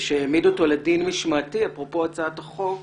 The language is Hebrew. שהעמיד אותו לדין משמעתי, אפרופו הצעת החוק,